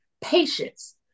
patience